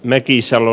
mäkisalo